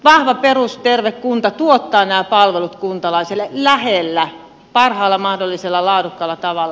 vahva perusterve kunta tuottaa nämä palvelut kuntalaisille lähellä parhaalla mahdollisella laadukkaalla tavalla